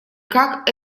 как